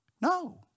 No